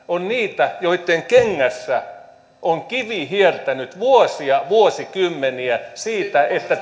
on niitä joitten kengässä on kivi hiertänyt vuosia vuosikymmeniä siitä että